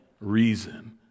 reason